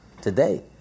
today